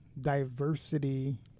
diversity